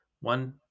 One